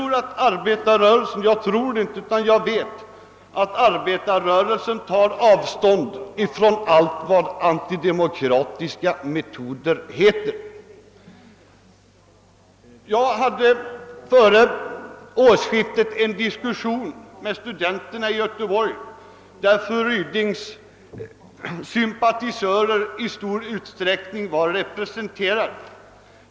Jag vet att arbetarrörelsen tar avstånd från allt vad antidemokratiska metoder heter. Jag hade före årsskiftet en diskussion med studenterna i Göteborg. Vid detta möte var fru Rydings sympatisörer i stor utsträckning representerade.